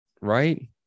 right